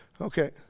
Okay